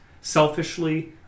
selfishly